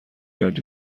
کرد